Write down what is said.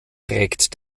trägt